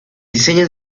diseño